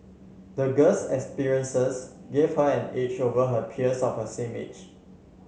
the girl's experiences gave her an edge over her peers of a same age